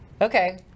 Okay